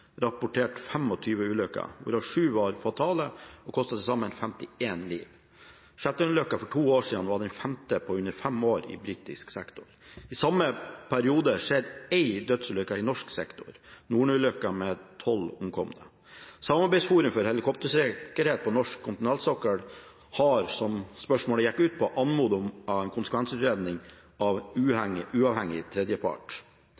sammen 51 liv. Shetland-ulykken for to år siden var den femte på under fem år i britisk sektor. I samme periode skjedde én dødsulykke i norsk sektor: Norne-ulykken, med tolv omkomne. Samarbeidsforum for helikoptersikkerhet på norsk kontinentalsokkel har, som spørsmålet gikk ut på, anmodet om en konsekvensutredning av uavhengig tredjepart.